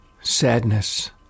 sadness